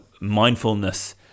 mindfulness